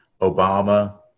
Obama